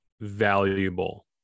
valuable